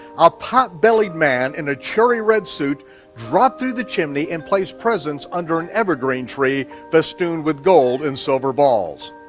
a potbellied man in a cherry red suit dropped through the chimney and placed presents under an evergreen tree festooned with gold and silver balls.